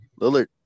Lillard